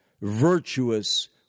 virtuous